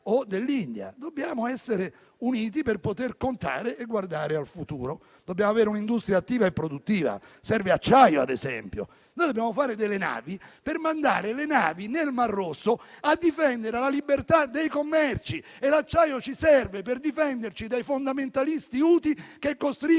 Dobbiamo essere uniti per poter contare e guardare al futuro. Dobbiamo avere un'industria attiva e produttiva. Serve acciaio. Dobbiamo fare delle navi per mandarle nel Mar Rosso, a difendere la libertà dei commerci. L'acciaio ci serve per difenderci dai fondamentalisti Houthi che costringono le navi a